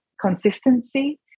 consistency